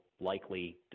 likely